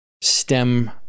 stem